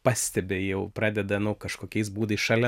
pastebi jau pradeda nu kažkokiais būdais šalia